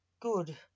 good